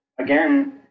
again